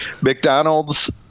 McDonald's